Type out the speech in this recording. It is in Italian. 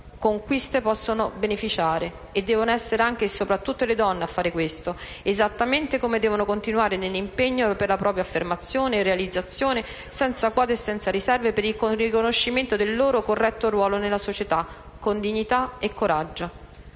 conquiste oggi possono beneficiare. E devono essere anche e soprattutto le donne a fare questo, esattamente come devono continuare nell'impegno per la propria affermazione e realizzazione, senza quote e senza riserve, per il riconoscimento del loro corretto ruolo nella società, con dignità e coraggio.